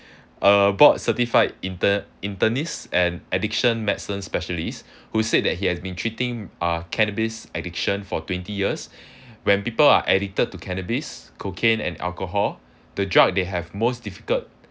uh board certified inter~ internist and addiction medicine specialist who said that he has been treating uh cannabis addiction for twenty years when people are addicted to cannabis cocaine and alcohol the drug they have most difficult